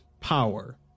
power